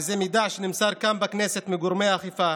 וזה מידע שנמסר כאן בכנסת מגורמי האכיפה,